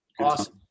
Awesome